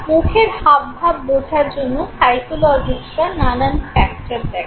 মুখের হাবভাব বোঝার জন্য সাইকোলজিস্টরা নানান ফ্যাক্টর দেখেন